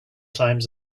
times